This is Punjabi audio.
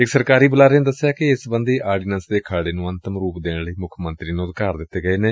ਇਕ ਸਰਕਾਰੀ ਬੁਲਾਰੇ ਨੇ ਦਸਿਆ ਕਿ ਏਸ ਸਬੰਧੀ ਆਰਡੀਨੈਸ ਦੇ ਖਰੜੇ ਨੂੰ ਅੰਤਮ ਰੂਪ ਦੇਣ ਲਈ ਮੁੱਖ ਮੰਤਰੀ ਨੁੰ ਅਧਿਕਾਰ ਦਿੱਤੇ ਗਏ ਨੇ